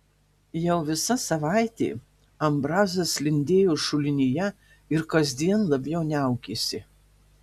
jau visa savaitė ambrazas lindėjo šulinyje ir kasdien labiau niaukėsi